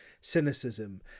cynicism